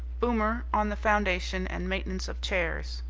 boomer on the foundation and maintenance of chairs,